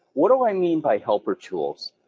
what do i mean by helper tools?